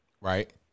Right